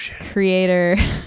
creator